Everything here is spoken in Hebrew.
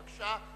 בבקשה,